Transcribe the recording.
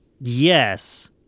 Yes